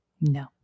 No